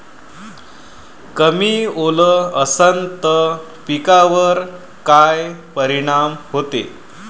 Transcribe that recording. कमी ओल असनं त पिकावर काय परिनाम होते?